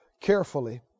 carefully